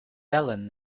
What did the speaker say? bellen